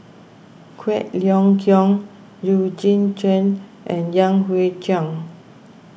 Quek Ling Kiong Eugene Chen and Yan Hui Chang